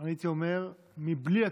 הייתי אומר בלי ציניות,